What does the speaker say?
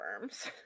worms